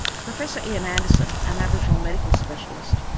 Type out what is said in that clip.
professor ian anderson, an aboriginal medical specialist,